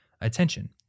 attention